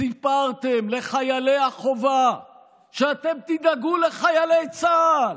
סיפרתם לחיילי החובה שאתם תדאגו לחיילי צה"ל.